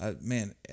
man